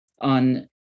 on